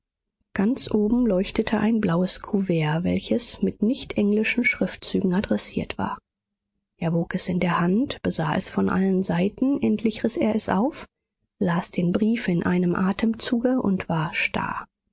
ganz oben leuchtete ein blaues kuvert welches mit nicht englischen schriftzügen adressiert war er wog es in der hand besah es von allen seiten endlich riß er es auf las den brief in einem atemzuge und war starr